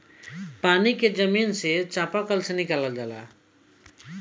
पानी के जमीन से चपाकल से निकालल जाला